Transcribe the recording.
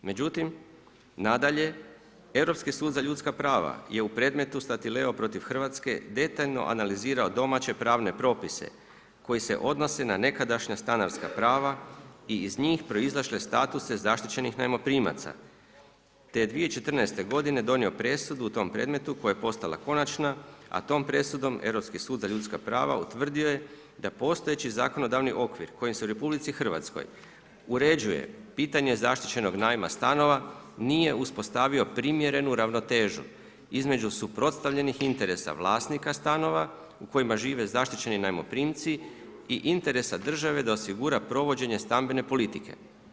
Međutim, nadalje, Europski sud za ljudska prava je u predmetu Statileo protiv Hrvatske detaljno analizirao domaće pravne propise koji se odnose na nekadašnja stanarska prava i iz njih proizlašle statuse zaštićenih najmoprimaca te je 2014. godine donio presudu u tom predmetu koja je postala konačna a tom presudom Europski sud za ljudska prava utvrdio je da postojeći zakonodavni okvir kojim se u RH uređuje pitanje zaštićenog najma stanova nije uspostavio primjerenu ravnotežu između suprotstavljenih interesa vlasnika stanova u kojima žive zaštićeni najmoprimci i interesa države da osigura provođenje stambene politike.